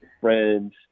friends